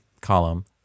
column